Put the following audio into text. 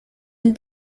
une